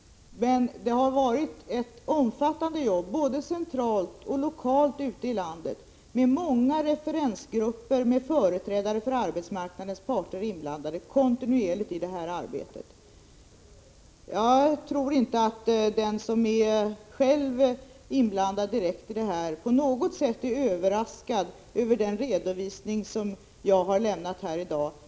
Det har emellertid bedrivits ett omfattande arbete ute i landet, både centralt och lokalt, med många referensgrupper. Företrädare för arbetsmarknadens parter har kontinuerligt varit inblandade i detta arbete. Jag tror inte att de som själva direkt har varit inblandade i detta arbete på något sätt är överraskade över den redovisning som jag har lämnat i dag.